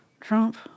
Trump